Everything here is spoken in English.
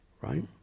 right